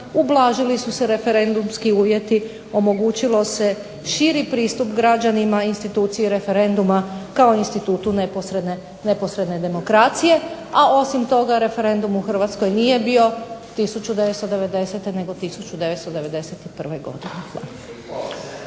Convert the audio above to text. ublažili su se referendumski uvjeti, omogućio se širi pristup građanima instituciji referenduma kao institutu neposredne demokracije, a osim toga referendum u Hrvatskoj nije bio 1990. nego 1991. godine.